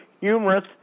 humorous